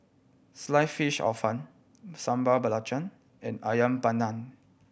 Sliced Fish Hor Fun Sambal Belacan and Ayam Panggang